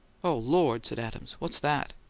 oh, lord! said adams. what's that?